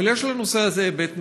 אבל יש לנושא הזה היבט נוסף: